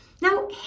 Now